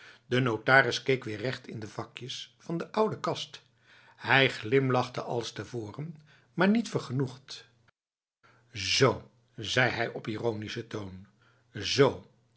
de notaris keek weer recht in de vakjes van de oude kast hij glimlachte als tevoren maar niet vergenoegd z zei hij op ironische toon z